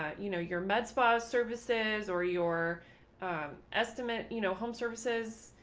ah you know, your meds for services or your estimate you know home services,